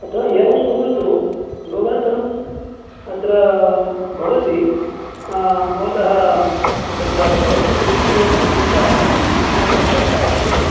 अतः एवं कुर्वन्तु योगासनम् अत्र भवति भवतः तत्र गृहस्य समीपे एव एक अस्माकं शाखा अस्ति